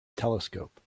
telescope